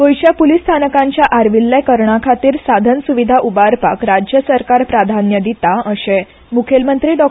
गोंयच्या पुलीस स्टेशनांचे आर्विल्ले करणा खातीर साधन सुविधा उबारपाक राज्य सरकार प्राधान्य दिता अशें मुखेलमंत्री डॉ